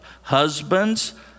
Husbands